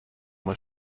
was